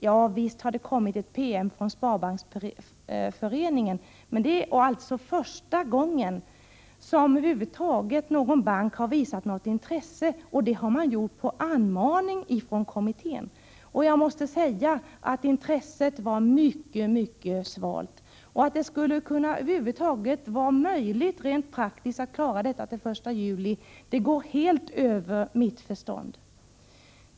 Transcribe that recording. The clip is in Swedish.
Ja, visst har det kommit en PM från Sparbanksföreningen. Men det är första gången över huvud taget som någon bank har visat något intresse — och det har man gjort på anmaning från kommittén. Jag måste säga att intresset var mycket svalt. Att det skulle vara möjligt rent praktiskt att klara detta till den 1 juli går helt över mitt förstånd.